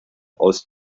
aus